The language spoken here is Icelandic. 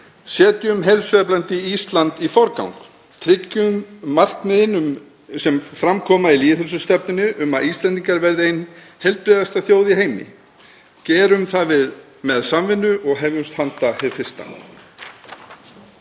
Setjum heilsueflandi Ísland í forgang. Tryggjum markmiðin sem fram koma í lýðheilsustefnu um að Íslendingar verði ein heilbrigðasta þjóð í heimi. Gerum það með samvinnu og hefjumst handa hið fyrsta.